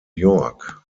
york